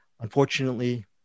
Unfortunately